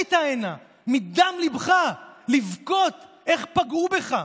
ועלית הנה מדם ליבך לבכות איך פגעו בך.